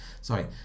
sorry